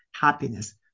happiness